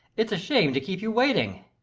it's a shame to keep you waiting.